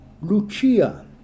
Lucia